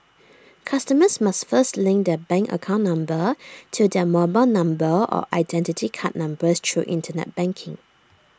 customers must first link their bank account number to their mobile number or Identity Card numbers through Internet banking